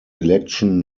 election